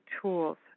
tools